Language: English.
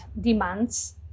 demands